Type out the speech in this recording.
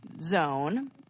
zone